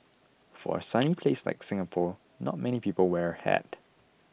for a sunny place like Singapore not many people wear a hat